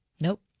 Nope